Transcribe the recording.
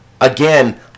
Again